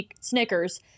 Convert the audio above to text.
Snickers